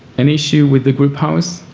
an issue with the group homes,